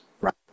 Right